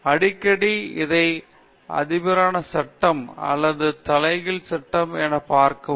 எனவே அடிக்கடி அதை அதிபரான சட்டம் அல்லது தலைகீழ் சட்டம் என பார்க்கவும்